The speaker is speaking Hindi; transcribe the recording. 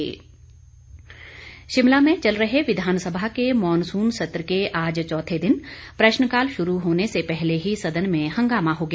हंगामा शिमला में चल रहे विधानसभा के मानसून सत्र के आज चौथे दिन प्रश्नकाल शुरू होने से पहले ही सदन में हंगामा हो गया